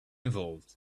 involved